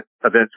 events